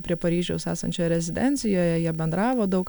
prie paryžiaus esančioje rezidencijoje jie bendravo daug